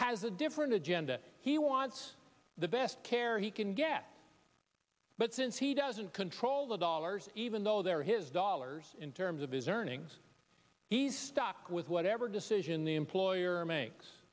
has a different agenda he wants the best care he can get but since he doesn't control the dollars even though there are his dollars in terms of his earnings he's stuck with whatever decision the employer makes